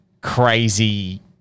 crazy